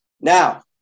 Now